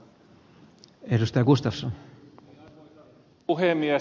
arvoisa puhemies